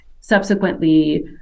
Subsequently